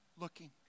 looking